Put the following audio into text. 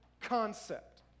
concept